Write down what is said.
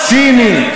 ציני,